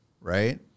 right